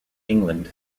england